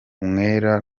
umwere